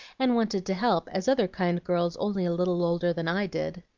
and wanted to help, as other kind girls only a little older than i did.